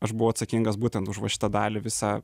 aš buvau atsakingas būtent už va šitą dalį visą